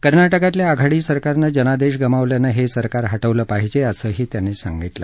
कर्नाटकातल्या आघाडी सरकारनं जनादेश गमावल्यानं हे सरकार हटवलं पाहिजे असंही त्यांनी सांगितलं